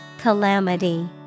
Calamity